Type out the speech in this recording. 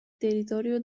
territorio